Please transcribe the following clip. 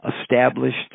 established